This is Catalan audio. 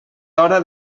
hora